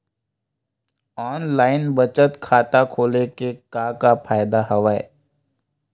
online बचत खाता खोले के का का फ़ायदा हवय